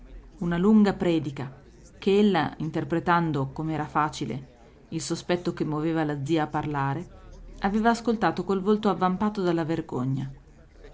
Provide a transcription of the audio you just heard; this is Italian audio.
una lunga predica che ella interpretando com'era facile il sospetto che moveva la zia a parlare aveva ascoltato col volto avvampato dalla vergogna